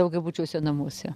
daugiabučiuose namuose